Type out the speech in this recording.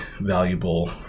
valuable